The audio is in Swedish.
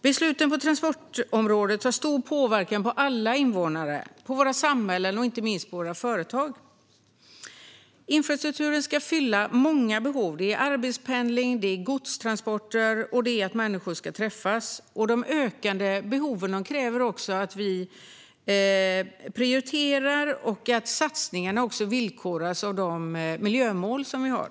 Besluten på transportområdet har stor påverkan på alla invånare, på våra samhällen och inte minst på våra företag. Infrastrukturen ska fylla många behov: arbetspendling, godstransporter och att människor ska kunna träffas. De ökande behoven kräver att vi prioriterar och att satsningarna villkoras av de miljömål vi har.